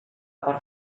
per